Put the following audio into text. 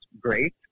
great